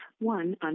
one